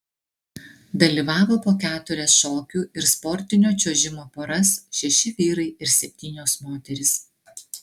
dalyvavo po keturias šokių ir sportinio čiuožimo poras šeši vyrai ir septynios moterys